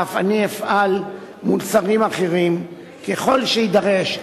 ואף אני אפעל מול שרים אחרים ככל שיידרש,